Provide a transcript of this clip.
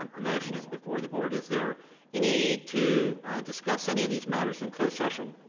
um a motion is before the board is there any need to discuss any of these matters in closed session?